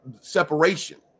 separation